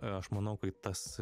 aš manau kai tas